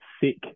sick